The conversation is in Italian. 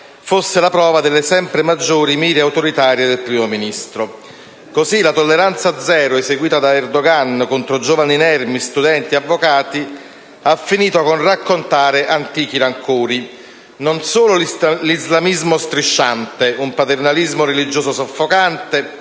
fosse la prova delle sempre maggiori mire autoritarie del Primo Ministro. Così, la tolleranza zero posta in essere da Erdogan contro giovani inermi, studenti e avvocati, ha finito col raccontare antichi rancori, e non solo l'islamismo strisciante, un paternalismo religioso soffocante,